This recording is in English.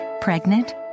Pregnant